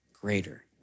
greater